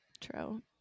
True